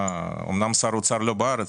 אמנם שר האוצר לא בארץ,